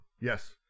Yes